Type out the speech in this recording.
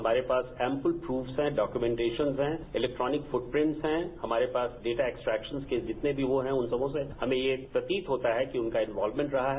हमारे पास ample proofs हैं डॉक्योमेंटेशन हैं इलेक्ट्रॉनिक फुटप्रिंट्स हैं हमारे पास डेटा एक्सट्रैक्शंस के जितने भी वो है उन सबों से हमें ये प्रतीत होता है कि उनका इनवॉल्वमेंट रहा है